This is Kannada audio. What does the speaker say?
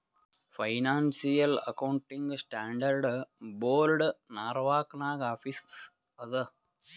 financial accounting standard board Norwalk ನಾಗ್ ಆಫೀಸ್ ಅದಾ